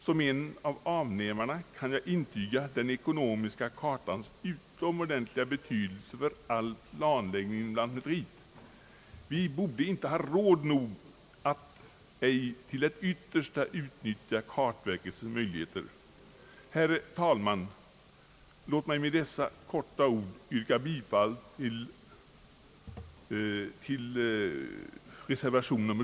Som en av avnämarna kan jag intyga den ekonomiska kartans utomordentliga betydelse för all planläggning inom lantmäteriet. Vi borde inte ha råd att ej till det yttersta utnyttja kartverkets möjligheter. Herr talman! Låt mig med detta korta anförande få yrka bifall till reservationen.